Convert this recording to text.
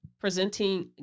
presenting